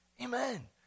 Amen